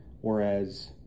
whereas